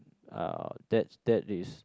uh that that is